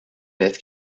nett